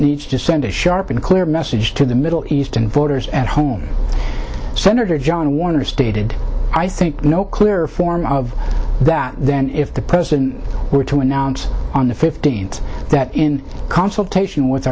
needs to send a sharp and clear message to the middle east and voters at home senator john warner stated i think no clearer form of that than if the president were to announce on the fifteenth that in consultation with